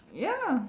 ya lah